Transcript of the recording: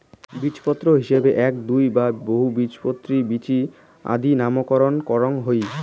বীজপত্রর হিসাবত এ্যাক, দুই বা বহুবীজপত্রী বীচি আদি নামকরণ করাং হই